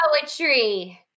poetry